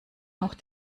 auch